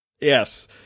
Yes